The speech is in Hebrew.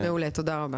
מעולה תודה רבה.